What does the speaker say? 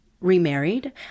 remarried